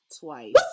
twice